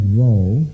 role